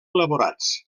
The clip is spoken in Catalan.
elaborats